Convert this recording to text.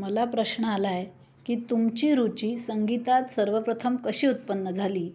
मला प्रश्न आला आहे की तुमची रुची संगीतात सर्वप्रथम कशी उत्पन्न झाली